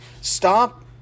Stop